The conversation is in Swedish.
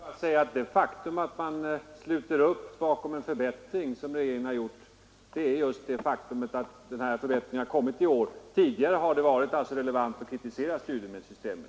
Herr talman! Vad som gör att man i år kan sluta upp bakom ett förslag från regeringen är just det faktum att det innebär en förbättring. Tidigare har det däremot varit relevant att kritisera studiemedelssystemet.